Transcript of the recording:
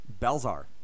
Belzar